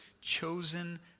chosen